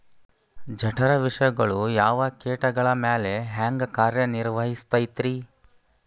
ಜಠರ ವಿಷಗಳು ಯಾವ ಕೇಟಗಳ ಮ್ಯಾಲೆ ಹ್ಯಾಂಗ ಕಾರ್ಯ ನಿರ್ವಹಿಸತೈತ್ರಿ?